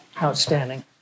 outstanding